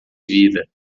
vida